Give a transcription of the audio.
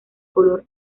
color